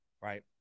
right